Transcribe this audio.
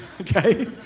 okay